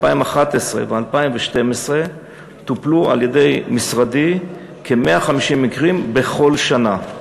2011 ו-2012 טופלו על-ידי משרדי כ-150 מקרים בכל שנה.